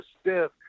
stiff